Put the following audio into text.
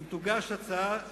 אם תוגש הצעה כזאת,